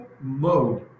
mode